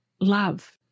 love